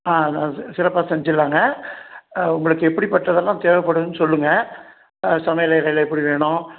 ஆ நான் சிற சிறப்பாக செஞ்சிட்டுலாங்க உங்களுக்கு எப்படி பட்டதெல்லாம் தேவைப்படுதுன்னு சொல்லுங்கள் சமையலறையில் எப்படி வேணும்